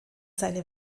seine